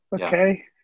okay